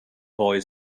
boy